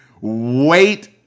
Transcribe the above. wait